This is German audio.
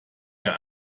der